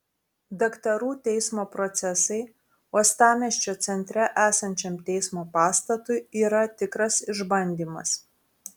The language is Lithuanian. daktarų teismo procesai uostamiesčio centre esančiam teismo pastatui yra tikras išbandymas